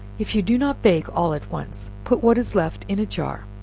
if you do not bake all at once, put what is left in a jar,